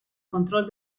control